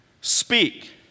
speak